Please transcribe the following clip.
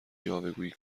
یاوهگویی